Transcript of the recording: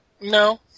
No